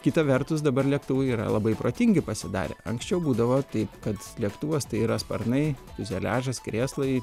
kita vertus dabar lėktuvai yra labai protingi pasidarę anksčiau būdavo taip kad lėktuvas tai yra sparnai fiuzeliažas krėslai